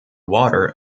water